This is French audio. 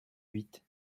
huit